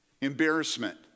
embarrassment